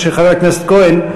חבר הכנסת כהן,